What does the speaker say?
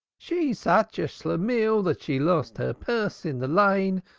she's such a schlemihl that she lost her purse in the lane,